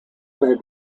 may